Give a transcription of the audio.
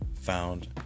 found